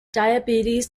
diabetes